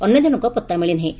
ଅନ୍ୟ କଣଙ୍କ ପତ୍ତା ମିଳିନାହିଁ